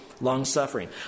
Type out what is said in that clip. Long-suffering